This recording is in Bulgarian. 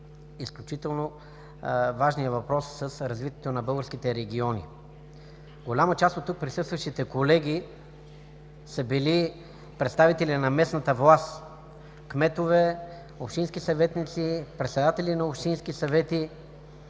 изключително важния въпрос за развитието на българските региони. Голяма част от тук присъстващите колеги са били представители на местната власт – кметове, общински съветници, председатели на общински съвети.